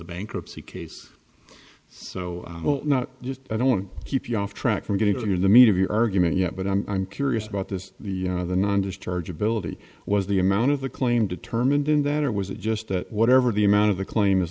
the bankruptcy case so well not just i don't want to keep you off track from getting to the meat of your argument yet but i'm curious about this the other nine discharge ability was the amount of the claim determined then that or was it just that whatever the amount of the claim is